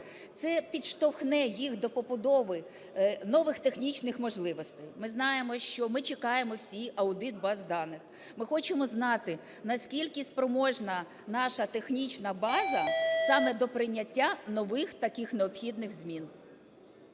Це підштовхне їх до побудови нових технічних можливостей. Ми знаємо, що… ми чекаємо всі аудит баз даних. Ми хочемо знати, наскільки спроможна наша технічна база саме до прийняття нових, таких необхідних змін.